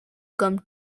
come